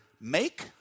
make